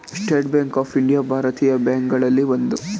state Bank of India ಭಾರತೀಯ bank ಗಳಲ್ಲಿ ಒಂದು